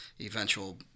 eventual